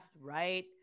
right